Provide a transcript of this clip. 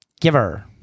Giver